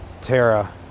Tara